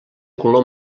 color